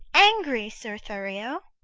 angry, sir thurio!